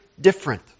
different